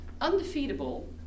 Undefeatable